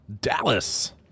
Dallas